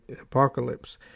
apocalypse